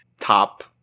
top